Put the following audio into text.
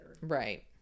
Right